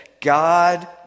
God